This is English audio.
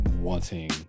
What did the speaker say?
wanting